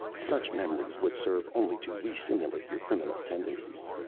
such memories would serve only to restimulate your criminal tendencies.